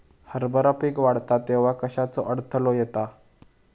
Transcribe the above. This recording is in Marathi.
हरभरा पीक वाढता तेव्हा कश्याचो अडथलो येता?